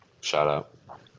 Shout-out